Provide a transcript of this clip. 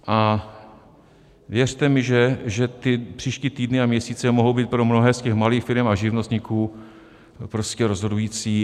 A věřte mi, že ty příští týdny a měsíce mohou být pro mnohé z těch malých firem a živnostníků prostě rozhodující.